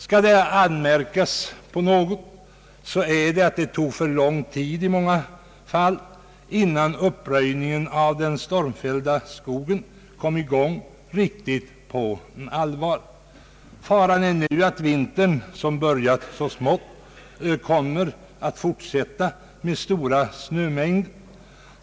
Skall man anmärka på något, så är det att det i många fall tog för lång tid innan uppröjningen av den stormfällda skogen kom i gång riktigt på allvar. Faran är nu att vintern, som börjat så smått, kommer att fortsätta med stora snömängder.